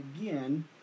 again